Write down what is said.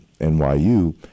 NYU